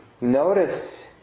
notice